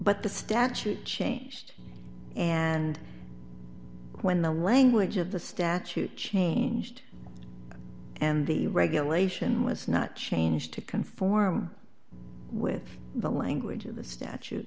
but the statute changed and when the language of the statute changed and the regulation was not changed to conform with the language of the statute